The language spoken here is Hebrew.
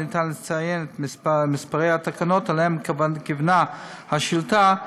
לציין את מספרי התקנות אליהן כיוונה השאילתה,